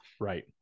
Right